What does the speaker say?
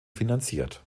finanziert